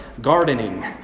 gardening